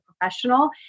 professional